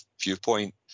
viewpoint